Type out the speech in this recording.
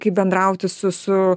kaip bendrauti su su